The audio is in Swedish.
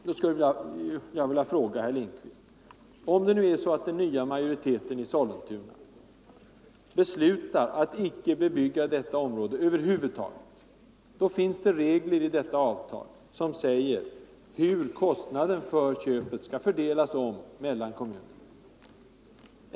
Jag skulle alltså vilja fråga herr Lindkvist: Om den nya majoriteten i Sollentuna skulle besluta att icke bebygga detta område över huvud taget, så finns det regler i avtalet som säger hur kostnaden för köpet skall fördelas om mellan kommunerna.